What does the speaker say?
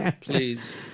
please